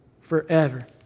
forever